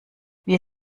wir